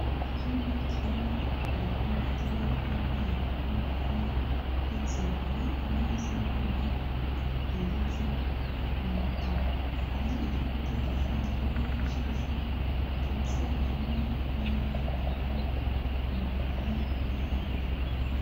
Icyumba kirimo ibipirizo bifite ibara ry'umweru n'ubururu ndetse hari intebe z'ibyuma zegetse ku rukuta. Hari igikuta gishushanyijeho ijisho ndetse harimo ibara ry'ubururu, umukara n'ayandi.